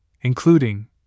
including